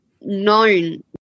known